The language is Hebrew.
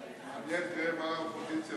נתקבלה.